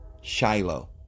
Shiloh